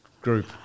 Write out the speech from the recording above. Group